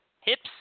Hips